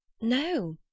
No